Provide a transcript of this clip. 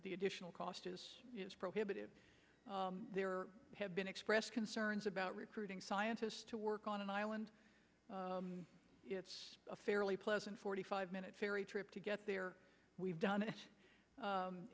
the additional cost is prohibitive there have been expressed concerns about recruiting scientists to work on an island it's a fairly pleasant forty five minute ferry trip to get there we've done